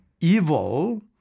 evil